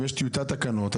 אם יש טיוטת תקנות,